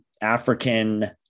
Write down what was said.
African